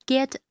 Get